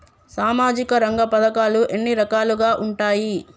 సామాజిక రంగ పథకాలు ఎన్ని రకాలుగా ఉంటాయి?